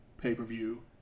pay-per-view